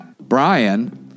Brian